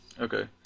Okay